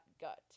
gut